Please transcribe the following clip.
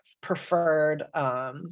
preferred